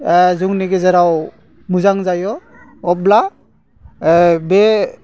जोंनि गेजेराव मोजां जायो अब्ला बे